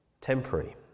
temporary